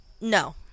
No